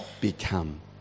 become